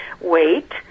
wait